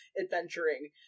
adventuring